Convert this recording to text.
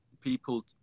people